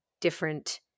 different